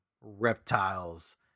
reptiles